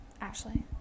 ashley